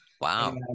Wow